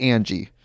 Angie